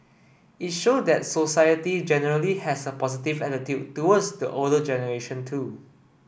it showed that society generally has a positive attitude towards the older generation too